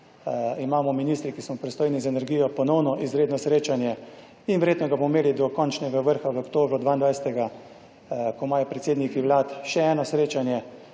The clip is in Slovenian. imamo ministri, ki so pristojni za energijo, ponovno izredno srečanje in verjetno ga bomo imeli do končnega vrha v oktobru, 2022, ko imajo predsedniki vlad še eno srečanje